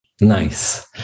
nice